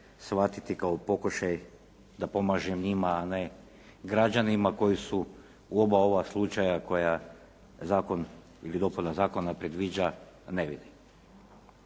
shvatiti kao pokušaj da pomaže njima, a ne građanima koji su u oba ova slučaja koja zakon ili dopuna zakona predviđa ne vidi.